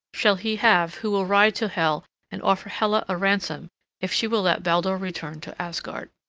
shall he have who will ride to hel and offer hela a ransom if she will let baldur return to asgard.